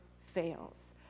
fails